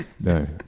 no